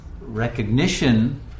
recognition